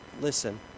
listen